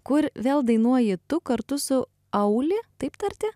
kur vėl dainuoji tu kartu su auli taip tarti